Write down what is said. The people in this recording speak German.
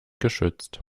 geschützt